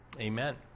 Amen